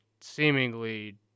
seemingly